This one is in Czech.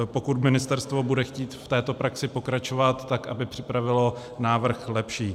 Pokud ministerstvo bude chtít v této praxi pokračovat, tak aby připravilo návrh lepší.